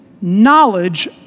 knowledge